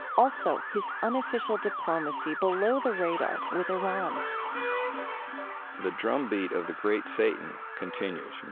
also, his unofficial diplomacy, below the radar, with iran the drumbeat of the great satan continues.